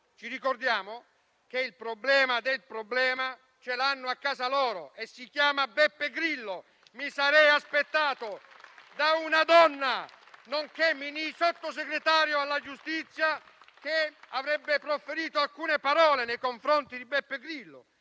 ci ricordiamo che il problema del problema ce l'hanno a casa loro e si chiama Beppe Grillo. Mi sarei aspettato che una donna, nonché Sottosegretario alla giustizia, avrebbe proferito alcune parole nei confronti di Beppe Grillo,